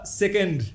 second